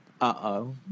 uh-oh